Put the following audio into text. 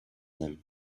them